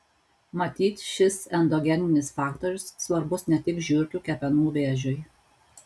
matyt šis endogeninis faktorius svarbus ne tik žiurkių kepenų vėžiui